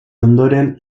ondoren